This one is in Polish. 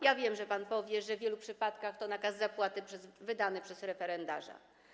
Ja wiem, że pan powie, że w wielu przypadkach to nakaz zapłaty wydany przez referendarza.